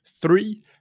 Three